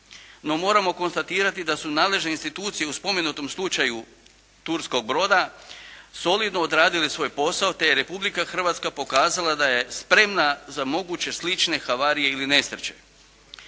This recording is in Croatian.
No, moramo konstatirati da su nadležne institucije u spomenutom slučaju turskog broda solidno odradile svoj posao, te je Republika Hrvatska pokazala da je spremna za moguće slične havarije ili nesreće.